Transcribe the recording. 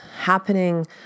happening